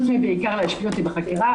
חוץ מבעיקר להשפיל אותי בחקירה,